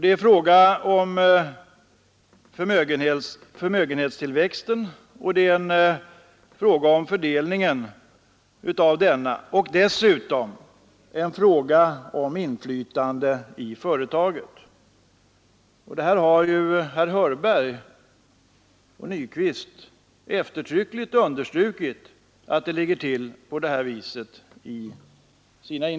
Det här är en fråga om förmögenhetstillväxten, om fördelningen av denna och dessutom om inflytande i företagen. Herrar Hörberg och Nyquist har i sina inlägg eftertryckligt understrukit att det ligger till på det här viset.